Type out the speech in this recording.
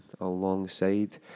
alongside